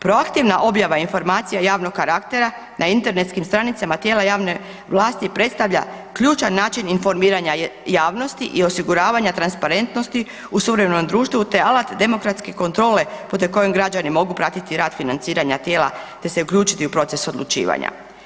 Proaktivna objava informacija javnog karaktera na internetskim stranicama tijela javne vlasti predstavlja ključan način informiranja javnosti i osiguravanja transparentnosti u suvremenom društvu te alat demokratske kontrole putem koje građani mogu pratiti rad financiranja tijela te se uključiti u proces odlučivanja.